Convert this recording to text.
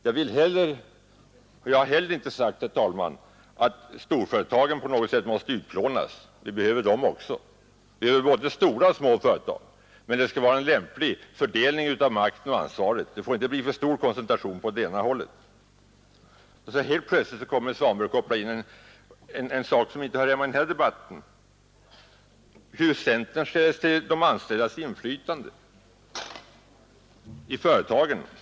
Jag har heller inte sagt, herr talman, att storföretagen på något sätt måste utplånas. Vi behöver dem också, vi behöver både stora och små företag. Men det skall vara en lämplig fördelning av makten och ansvaret, det får inte bli för stor koncentration på det ena hållet. Helt plötsligt kopplar herr Svanberg in en sak som inte hör hemma i den här debatten — hur centern ställer sig till de anställdas inflytande i företagen.